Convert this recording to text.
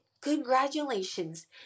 Congratulations